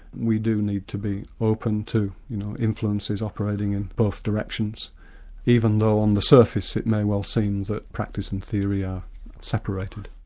we do need to be open to you know influences operating in both directions even though on the surface it may well seem that practice and theory are separated.